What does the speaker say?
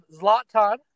Zlatan